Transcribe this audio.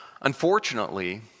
Unfortunately